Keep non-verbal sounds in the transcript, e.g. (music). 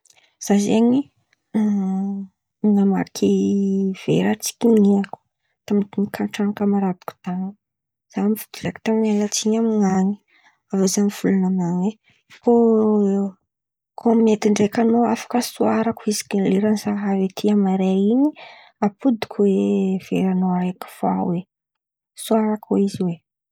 Zah zen̈y (hesitation) namaky vera, tsy kiniako tamin̈'ny tokatran̈o ny kamaradiko tan̈y. Zah direkta miala tsin̈y amin̈any, avô zah mivolan̈a amin̈an̈y hoe: koa mety ndraiky an̈ô afaka soarako lera zah avy aty amaray in̈y, ampodiko oe veranao araiky vao in̈y soarako oe.